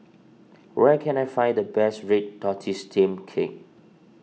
where can I find the best Red Tortoise Steamed Cake